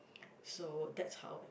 so that's how